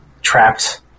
trapped